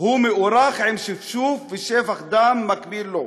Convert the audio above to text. הוא מוארך, עם שפשוף ושפך דם מקביל לו.